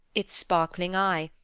its sparkling eye,